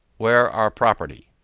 where our property?